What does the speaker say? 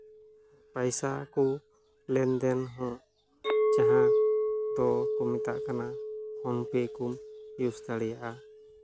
ᱯᱚᱭᱥᱟ ᱠᱚ ᱞᱮᱱᱫᱮᱱ ᱦᱚᱸ ᱡᱟᱦᱟᱸ ᱫᱚ ᱠᱚ ᱢᱮᱛᱟᱫ ᱠᱟᱱᱟ ᱯᱷᱳᱱ ᱯᱮ ᱠᱚᱢ ᱤᱭᱩᱥ ᱫᱟᱲᱮᱭᱟᱜᱼᱟ